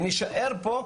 ונישאר פה,